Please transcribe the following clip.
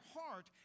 heart